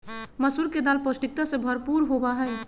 मसूर के दाल पौष्टिकता से भरपूर होबा हई